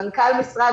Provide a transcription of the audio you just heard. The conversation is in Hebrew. מנכ"ל המשרד,